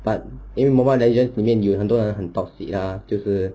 but 因为 mobile legends 里面有很多人很 toxic lah 就是